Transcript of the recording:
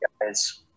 Guys